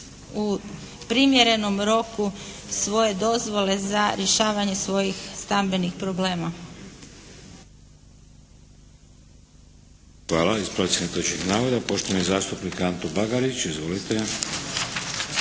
u primjerenom roku svoje dozvole za rješavanje svojih stambenih problema.